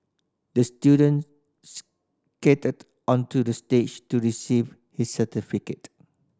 the student skated onto the stage to receive his certificate